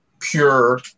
pure